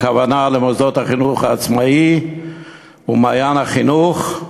הכוונה למוסדות החינוך העצמאי ו"מעיין החינוך",